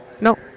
No